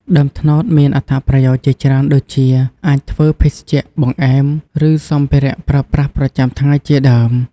ដើមត្នោតមានអត្តប្រយោជន៍ជាច្រើនដូចជា អាចធ្វើភេសជ្ជៈ បង្អែម ឬ សម្ភារៈប្រើប្រាស់ប្រចាំថ្ងៃជាដើម។